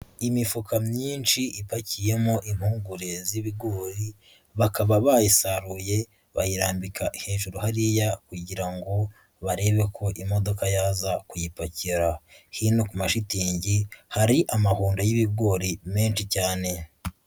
Imifuka myinshi ipakiyemo impugure z'ibigori, bakaba bayisaruye bayirambika hejuru hariya kugira ngo barebe ko imodoka yaza kuyipakira, hino ku mashitingi hari amahundo y'ibigori menshi cyane.